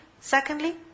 Secondly